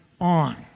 on